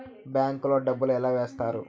bank లో డబ్బులు ఎలా వేస్తారు